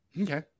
Okay